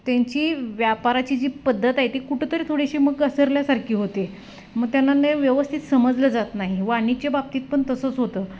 त्यांची व्यापाराची जी पद्धत आहे ती कुठंतरी थोडीशी मग घसरल्यासारखी होते मग त्यांना न व्यवस्थित समजलं जात नाही वाणिज्य बाबतीत पण तसंच होतं